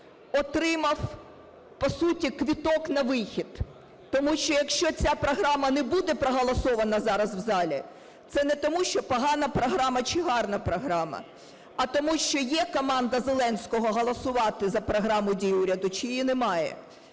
отримав по суті квиток на вихід. Тому що, якщо ця програма не буде проголосована зараз у залі, це не тому, що погана програма чи гарна програма, а тому що є команда Зеленського голосувати за програму дій уряду чи її немає,